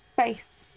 Space